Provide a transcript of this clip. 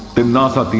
timnasa